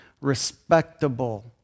respectable